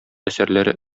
әсәрләре